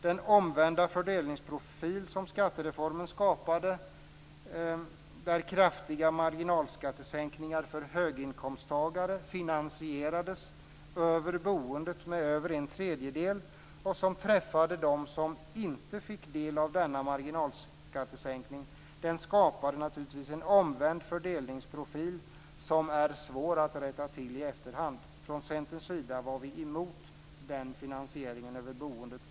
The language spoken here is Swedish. Den omvända fördelningsprofil som skattereformen skapade, där kraftiga marginalskattesänkningar för höginkomsttagare finansierades över boendet med över en tredjedel och som drabbade dem som inte fick del av denna marginalskattesänkning, är svår att rätta till i efterhand. Från Centerns sida var vi emot finansieringen via boendet.